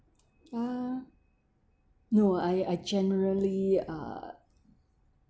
ya no I I generally uh